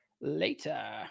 later